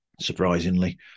surprisingly